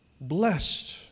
Blessed